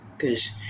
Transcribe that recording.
Cause